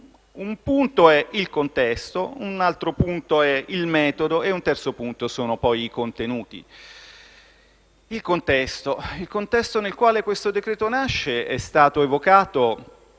Un punto è il contesto; un altro è il metodo e un terzo punto sono i contenuti. Il contesto nel quale questo decreto-legge nasce è stato evocato